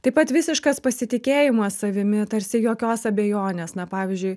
taip pat visiškas pasitikėjimas savimi tarsi jokios abejonės na pavyzdžiui